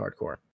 hardcore